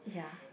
ya